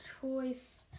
choice